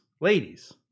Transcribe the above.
ladies